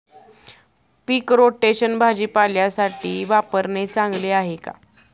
पीक rotation भाजीपाल्यासाठी वापरणे चांगले आहे का?